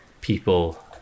people